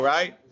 Right